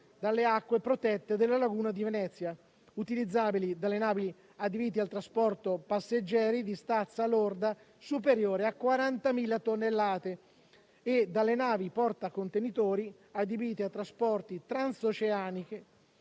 dalle acque protette della laguna di Venezia, utilizzabili dalle navi adibite al trasporto passeggeri di stazza lorda superiore a 40.000 tonnellate e dalle navi portacontenitori adibite a trasporti transoceanici,